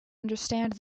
understand